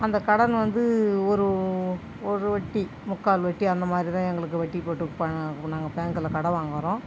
அந்த கடன் வந்து ஒரு ஒரு வட்டி முக்கால் வட்டி அந்த மாதிரி தான் எங்களுக்கு வட்டி போட்டு ப நாங்கள் பேங்கில் கடன் வாங்குகிறோம்